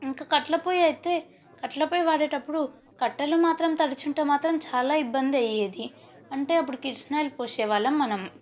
ఇంకా కట్ల పోయ్యి అయితే కట్ల పొయ్యి వాడేటప్పుడు కట్టెలు మాత్రం తడిసి ఉంటే మాత్రం చాలా ఇబ్బంది అయ్యేది అంటే అప్పుడు కిరసనాయిలు పోసే వాళ్ళం మనం